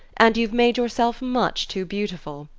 and you've made yourself much too beautiful,